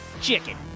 Chicken